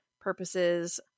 purposes